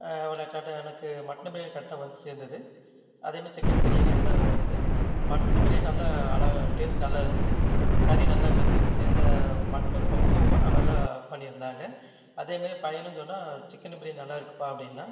ஒரு எனக்கு மட்டன் பிரியாணி கரெட்டாக வந்து சேரந்துது அதேமாதிரி சிக்கன் பிரியாணி இதெல்லாம் வந்துது மட்டன் பிரியாணி நல்லா அழகாக டேஸ்ட் நல்லா இருந்துச்சு கறி நல்லா வெந்துருந்துச்சு அந்த மட்டன் பக்குவமாக அழகாக பண்ணி இருந்தாங்க அதேமாதிரி பையனும் சொன்னான் சிக்கனும் பிரியாணி நல்லா இருக்குப்பா அப்படின்னான்